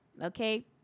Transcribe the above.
Okay